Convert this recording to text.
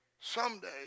Someday